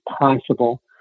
possible